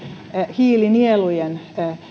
hiilinielujen